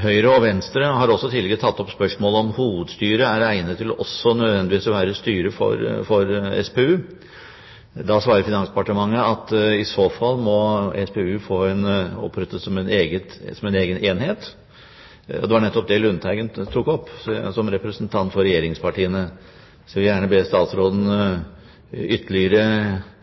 Høyre og Venstre har også tidligere tatt opp spørsmålet om hovedstyret også nødvendigvis er egnet til å være styre for SPU. Da svarer Finansdepartementet at i så fall må SPU opprettes som en egen enhet. Det var nettopp det Lundteigen tok opp som representant for regjeringspartiene. Jeg vil gjerne be statsråden ytterligere